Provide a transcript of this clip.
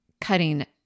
cutting